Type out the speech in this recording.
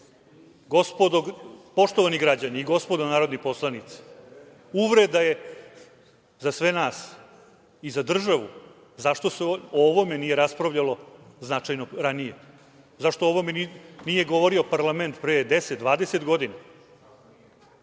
sekundarno. Poštovani građani i gospodo narodni poslanici, uvreda je za sve nas i za državu zašto se o ovome nije raspravljalo značajno ranije, zašto o ovome nije govorio parlament pre deset,